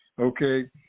okay